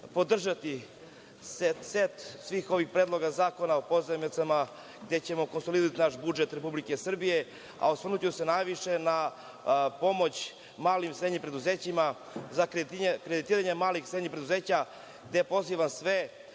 SNS.Podržaću set svih ovih predloga zakona o pozajmicama, gde ćemo konsolidovati naš budžet Republike Srbije. Osvrnuću se najviše na pomoć malim i srednjim preduzećima, za kreditiranje malih i srednjih preduzeća, gde pozivam sve,